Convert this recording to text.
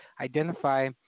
identify